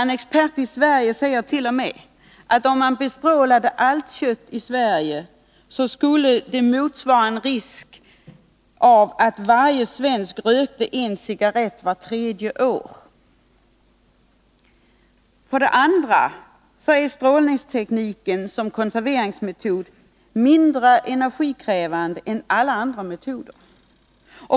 En expert i Sverige säger t.o.m. att om man bestrålade allt kött i Sverige, så skulle det motsvara risken av att varje svensk röker en cigarett vart tredje år. Men för det andra är strålningstekniken som konserveringsmetod mindre energikrävande än alla andra metoder.